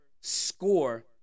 score